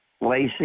lacy